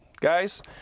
guys